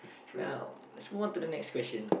now let's move on to the next question